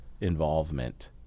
involvement